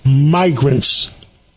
migrants